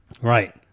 Right